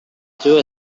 too